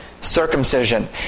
circumcision